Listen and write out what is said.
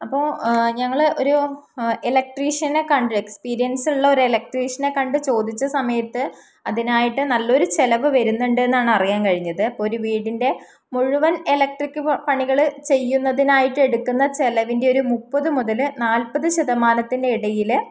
അപ്പോൾ ഞങ്ങൾ ഒരു എലക്ട്രീഷ്യനെ കണ്ടു എക്സ്പീരിയൻസുള്ള ഒരു എലക്ട്രീഷ്യനെ കണ്ട് ചോദിച്ച സമയത്ത് അതിനായിട്ട് നല്ലൊരു ചിലവ് വരുന്നുണ്ടെന്നാണ് അറിയാൻ കഴിഞ്ഞത് അപ്പോൾ ഒരു വീടിൻ്റെ മുഴുവൻ എലക്ട്രിക്ക് പണികൾ ചെയ്യുന്നതിനായിട്ട് എടുക്കുന്ന ചിലവിൻ്റെ ഒരു മുപ്പത് മുതൽ നാൽപത് ശതമാനത്തിൻ്റെ ഇടയിൽ